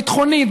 ביטחונית,